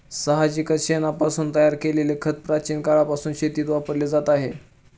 साहजिकच शेणापासून तयार केलेले खत प्राचीन काळापासून शेतीत वापरले जात आहे